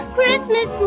Christmas